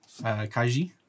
Kaiji